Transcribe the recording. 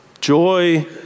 Joy